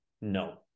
no